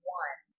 one